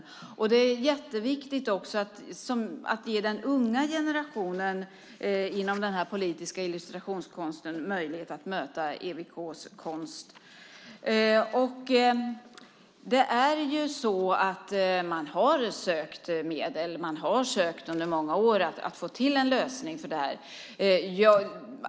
Det är dessutom jätteviktigt att ge den unga generationen möjlighet att inom ramen för den politiska illustrationskonsten möta EWK:s konst. Man har sökt medel under många år för att få till en lösning.